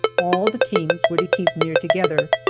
all the teams were to keep near together,